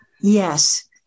Yes